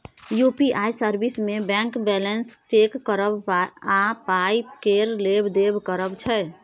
UPI service मे bank balance check करब आ पाइ केर लेब देब करब छै